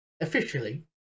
Officially